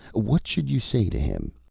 what should you say to him?